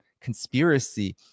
conspiracy